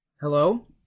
Hello